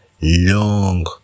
long